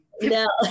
No